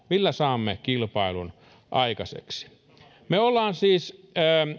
millä saamme kilpailun aikaiseksi me olemme siis